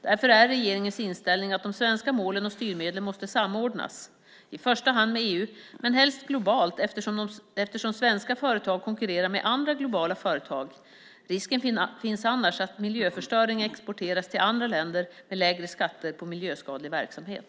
Därför är regeringens inställning att de svenska målen och styrmedlen måste samordnas - i första hand med EU, men helst globalt eftersom svenska företag konkurrerar med andra globala företag. Risken finns annars att miljöförstöring exporteras till andra länder med lägre skatter på miljöskadlig verksamhet.